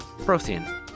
Prothean